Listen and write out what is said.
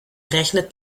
rechnet